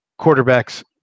quarterbacks